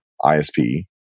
ISP